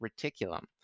reticulum